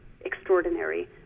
extraordinary